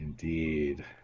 Indeed